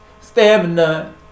Stamina